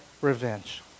revenge